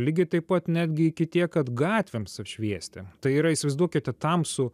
lygiai taip pat netgi iki tiek kad gatvėms apšviesti tai yra įsivaizduokite tamsų